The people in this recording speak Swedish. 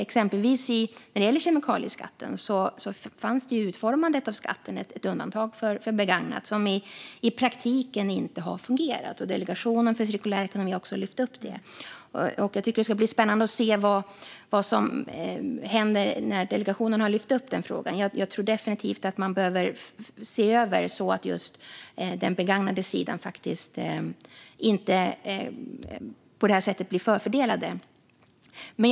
Exempelvis när det gäller kemikalieskatten fanns det i utformandet av skatten ett undantag för begagnat som i praktiken inte har fungerat. Delegationen för cirkulär ekonomi har också lyft upp detta. Jag tycker att det ska bli spännande att se vad som händer gällande det. Jag tror definitivt att man behöver se över detta så att sidan med begagnat faktiskt inte blir förfördelad på det här sättet.